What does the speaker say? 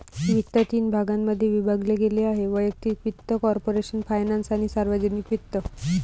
वित्त तीन भागांमध्ये विभागले गेले आहेः वैयक्तिक वित्त, कॉर्पोरेशन फायनान्स, सार्वजनिक वित्त